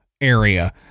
area